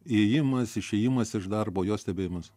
įėjimas išėjimas iš darbo jo stebėjimas